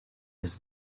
his